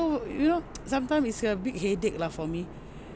you know some time is a big headache lah for me